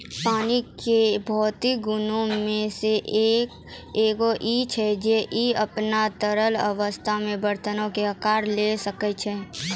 पानी के भौतिक गुणो मे से एगो इ छै जे इ अपनो तरल अवस्था मे बरतनो के अकार लिये सकै छै